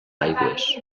aigües